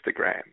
Instagram